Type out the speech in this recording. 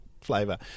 flavor